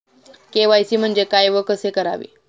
KYC म्हणजे काय व कसे करावे?